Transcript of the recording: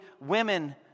women